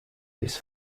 this